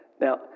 Now